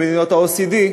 במדינות ה-OECD,